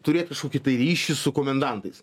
turėt kažkokį tai ryšį su komendantais